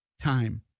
time